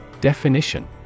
Definition